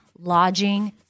lodging